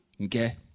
Okay